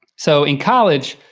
so in college,